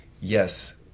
yes